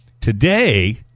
Today